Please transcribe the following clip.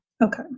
Okay